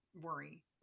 worry